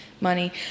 money